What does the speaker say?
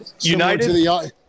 United